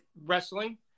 wrestling